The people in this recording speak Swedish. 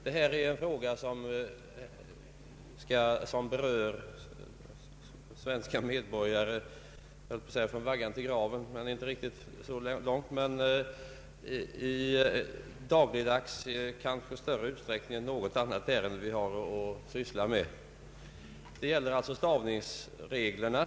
Denna fråga berör svenska medborgare, jag höll på att säga från vaggan till graven, men i varje fall dagligdags kanske i större utsträckning än något annat ärende de har att syssla med. Det gäller alltså här stavningsreglerna.